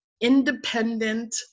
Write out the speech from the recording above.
independent